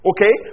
Okay